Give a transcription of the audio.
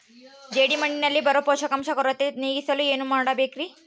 ಜೇಡಿಮಣ್ಣಿನಲ್ಲಿ ಬರೋ ಪೋಷಕಾಂಶ ಕೊರತೆ ನೇಗಿಸಲು ಏನು ಮಾಡಬೇಕರಿ?